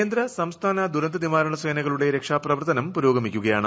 കേന്ദ്ര സംസ്ഥാന ദുരന്ത നിവാരണ സേനകളുടെ രക്ഷാപ്രവർത്തനം പുരോഗമിക്കുകയാണ്